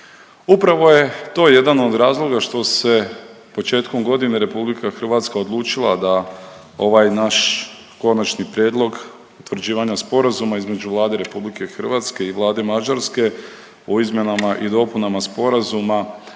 upravo je to jedan od razloga što se početkom godine Republika hrvatska odlučila da ovaj naš Konačni prijedlog utvrđivanja sporazuma između Vlade Republike Hrvatske i Vlade Mađarske o izmjenama i dopunama sporazuma